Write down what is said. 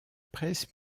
presse